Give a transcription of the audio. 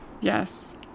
Yes